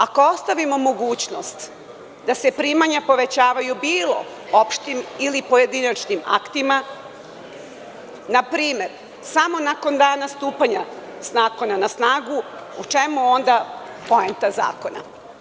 Ako ostavimo mogućnost da se primanja povećavaju bilo opštim ili pojedinačnim aktima, na primer samo nakon dana stupanja zakona na snagu u čemu onda poenta zakona?